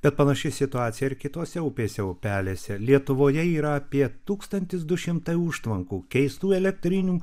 bet panaši situacija ir kitose upėse upeliuose lietuvoje yra apie tūkstantis du šimtai užtvankų keistų elektrinių